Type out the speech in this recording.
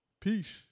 peace